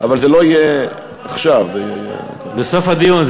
אבל זה לא יהיה עכשיו, זה יהיה, בסוף הדיון.